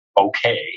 okay